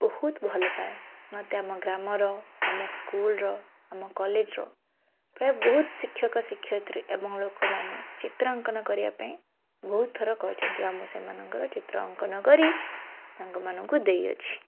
ବହୁତ ଭଲପାଏ ମୋତେ ଆମ ଗ୍ରାମର ଆମ ସ୍କୁଲ୍ର ଆମ କଲେଜ୍ର ପ୍ରାୟଃ ବହୁତ ଶିକ୍ଷକ ଶିକ୍ଷୟିତ୍ରୀ ଏବଂ ଲୋକମାନେ ଚିତ୍ରାଙ୍କନ କରିବା ପାଇଁ ବହୁତଥର କହିଛନ୍ତି ଆଉ ମୁଁ ସେମାନଙ୍କର ଚିତ୍ରଅଙ୍କନ କରି ତାଙ୍କମାନଙ୍କୁ ଦେଇଅଛି